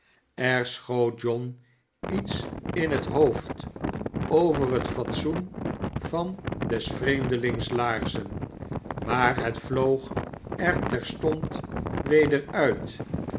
er schoot john iets in het hoofd over het fatsoen van des vreemdelings laarzen maar het vloog er terstond weder uit